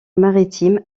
maritime